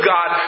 God